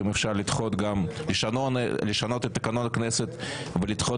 ואם אפשר גם לשנות את תקנון הכנסת ולדחות